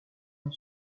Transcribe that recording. dans